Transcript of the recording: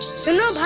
sinner. like